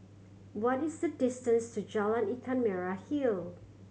what is the distance to Jalan Ikan Merah Hill